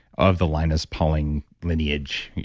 of the linus pauling lineage.